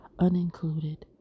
unincluded